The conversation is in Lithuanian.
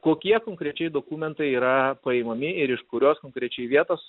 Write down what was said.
kokie konkrečiai dokumentai yra paimami ir iš kurios konkrečiai vietos